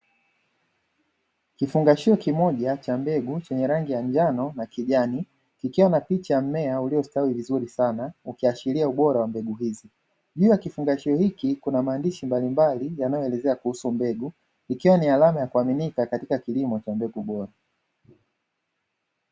Kifungashio kimoja cha mbegu chenye rangi ya njano na kijani kikiwa na picha ya mmea uliostawi vizuri sana ukiashiria ubora wa mbegu hizi, juu ya kifungashio hiki kuna maandishi mbalimbali yanayoelezea kuhusu mbegu ikiwa ni alama ya kuaminika katika kilimo cha mbegu bora.